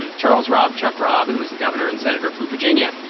and charles robb. chuck robb, who is the governor and senator from virginia,